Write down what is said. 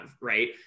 right